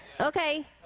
Okay